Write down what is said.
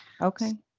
Okay